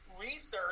research